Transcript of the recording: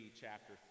chapter